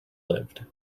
lived